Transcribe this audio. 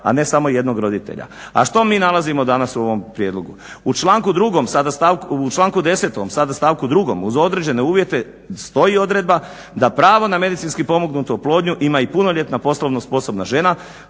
a ne samo jednog roditelja. A što mi nalazimo danas u ovom prijedlogu? U članku 10. sada stavku drugom uz određene uvjete stoji odredba da pravo na medicinski pomognutu oplodnju ima i punoljetna poslovno sposobna žena